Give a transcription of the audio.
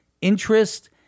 interest